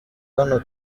hano